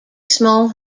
small